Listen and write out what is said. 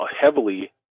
heavily